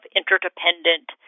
interdependent